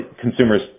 consumers